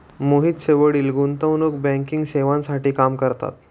मोहितचे वडील गुंतवणूक बँकिंग सेवांसाठी काम करतात